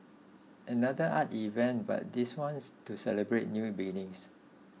another art event but this one's to celebrate new beginnings